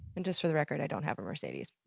and just for the record, i don't have a mercedes,